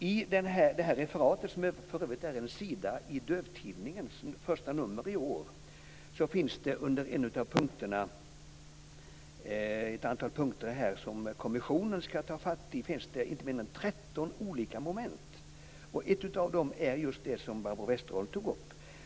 I det här referatet, som för övrigt är en sida i dövtidningens första nummer för i år, finns det under en av punkterna inte mindre än 13 olika moment som kommissionen skall ta ställning till. Ett av dem är just det som Barbro Westerholm tog upp.